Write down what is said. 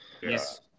Yes